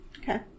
Okay